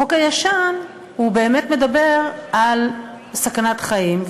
החוק הישן באמת מדבר על סכנת חיים,